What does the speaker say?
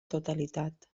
totalitat